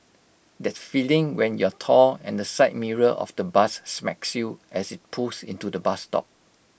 that feeling when you're tall and the side mirror of the bus smacks you as IT pulls into the bus stop